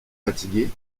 fatiguée